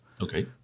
Okay